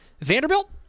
Vanderbilt